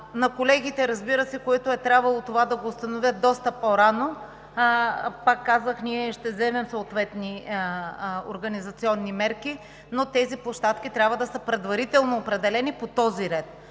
На колегите, разбира се, които е трябвало да установят това доста по-рано, пак казах – ние ще вземем съответни организационни мерки, но тези площадки трябва да са предварително определени по този ред,